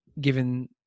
given